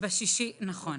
נכון.